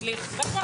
סליחה?